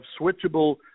switchable